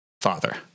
father